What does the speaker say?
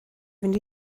fynd